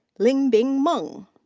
lingbin meng.